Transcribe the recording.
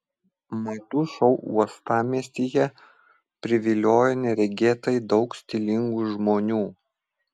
madų šou uostamiestyje priviliojo neregėtai daug stilingų žmonių